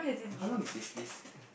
how long is this list